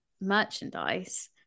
merchandise